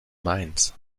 minds